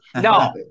No